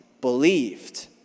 believed